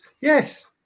Yes